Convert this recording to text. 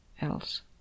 else